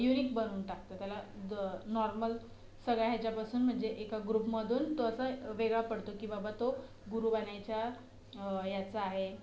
unique बनवून टाकतो त्याला द नॉर्मल सगळ्या ह्याच्यापासून म्हणजे एका ग्रुपमधून तो असा वेगळा पडतो की बाबा तो गुरु बनायच्या ह्याचा आहे